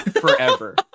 Forever